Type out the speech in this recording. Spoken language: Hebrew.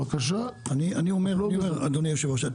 אני אומר אדוני יושב הראש,